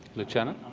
luciano?